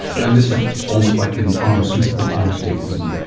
and this is almost like in pharmaceutical quantities, isn't it.